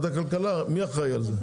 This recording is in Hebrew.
מי אחראי על זה?